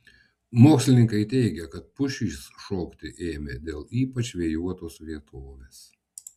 mokslininkai teigia kad pušys šokti ėmė dėl ypač vėjuotos vietovės